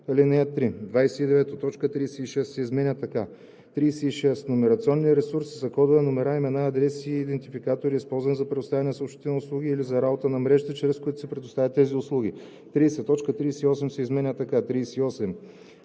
29. Точка 36 се изменя така: „36. „Номерационни ресурси“ са кодове, номера, имена, адреси и идентификатори, използвани за предоставяне на съобщителни услуги или за работата на мрежите, чрез които се предоставят тези услуги.“ 30. Точка 38 се изменя така: „38.